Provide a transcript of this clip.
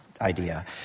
idea